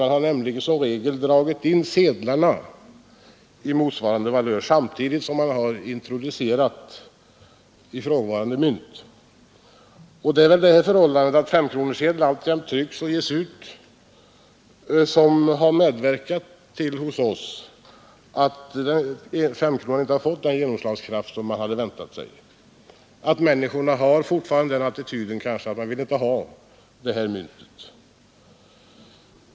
Man har nämligen som regel dragit in sedlarna i motsvarande valör samtidigt som man introducerat ifrågavarande mynt. Det förhållandet att femkronesedeln alltjämt trycks och ges ut har väl hos oss medverkat till att femkronan inte har fått den genomslagskraft som man hade väntat sig, att människorna fortfarande kanske har den attityden att man inte vill ha det här myntet.